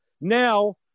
Now